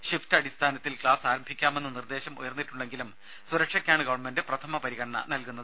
shift അടിസ്ഥാനത്തിൽ class ആരംഭിക്കാമെന്ന നിർദ്ദേശം ഉയർന്നിട്ടുണ്ടെങ്കിലും സുരക്ഷയ്ക്കാണ് ഗവൺമെന്റ് പ്രഥമ പരിഗണന നൽകുന്നത്